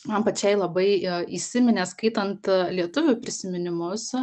man pačiai labai įsiminė skaitant lietuvių prisiminimus